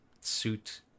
suit